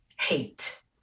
hate